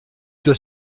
doit